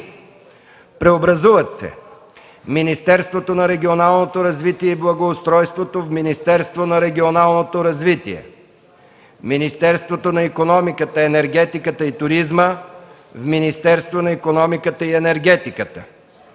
Преобразуват се: - Министерството на регионалното развитие и благоустройството – в Министерство на регионалното развитие; - Министерството на икономиката, енергетиката и туризма – в Министерство на икономиката и енергетиката;